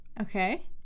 Okay